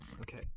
Okay